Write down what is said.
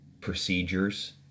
procedures